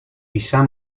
bisa